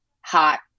hot